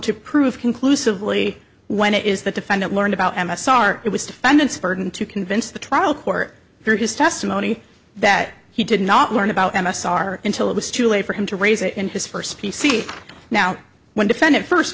to prove conclusively when it is the defendant learned about m s r it was defendant's burden to convince the trial court through his testimony that he did not learn about m s r until it was too late for him to raise it in his first p c now when defendant first